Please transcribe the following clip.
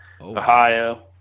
Ohio